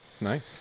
nice